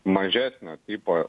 mažesnio tipo